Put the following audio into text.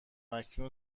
اکنون